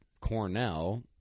Cornell